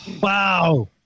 Wow